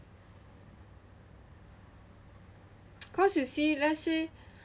cause you see let's say